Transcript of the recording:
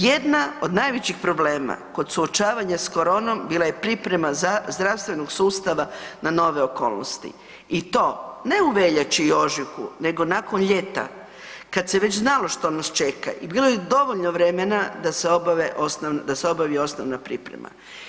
Jedan od najvećih problema kod suočavanja sa koronom bila je priprema zdravstvenog sustava na nove okolnosti i to ne u veljači i ožujku nego nakon ljeta, kad se već znalo što nas čeka i bilo je dovoljno vremena da se obavi osnovna priprema.